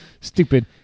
stupid